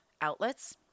outlets